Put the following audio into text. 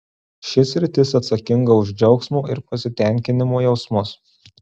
ši sritis atsakinga už džiaugsmo ir pasitenkinimo jausmus